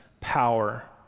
power